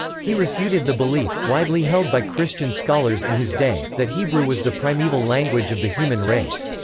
he refuted the belief, widely held by christian scholars in his day, that hebrew was the primeval language of the human race.